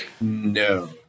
No